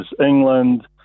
England